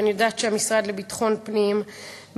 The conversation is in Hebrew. ואני יודעת שהמשרד לביטחון פנים מנסה,